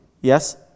Yes